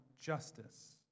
justice